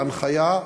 בהנחיה,